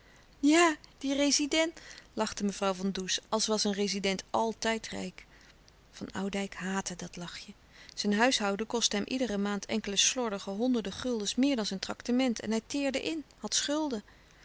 ja die residèn lachte mevrouw van does als was een rezident altijd rijk van oudijck haatte dat lachje zijn huishouden kostte hem iedere maand enkele slordige honderde guldens meer dan zijn traktement en hij teerde in had schulden